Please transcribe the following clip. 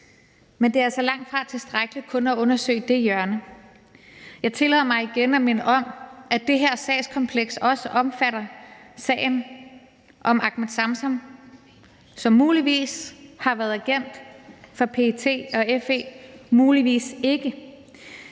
men det er altså langtfra tilstrækkeligt kun at undersøge det hjørne. Jeg tillader mig igen at minde om, at det her sagskompleks også omfatter sagen om Ahmed Samsam, som muligvis har været agent for PET og FE og muligvis ikke.